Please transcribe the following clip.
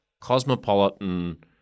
cosmopolitan